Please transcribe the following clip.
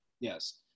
Yes